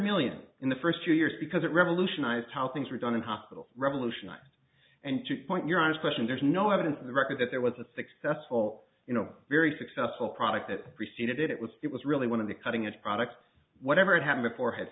million in the first two years because it revolutionized how things were done in hospitals revolution and to point your honest question there's no evidence in the record that there was a successful you know very successful product that preceded it it was it was really one of the cutting edge products whatever had happened before ha